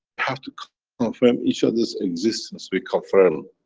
have to confirm each others existence, we confirm.